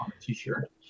t-shirt